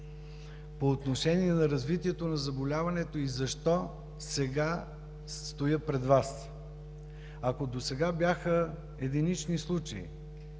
По отношение на развитието на заболяването и защо сега стоя пред Вас. Ако досега бяха единични случаи,